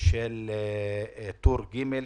של טור ג',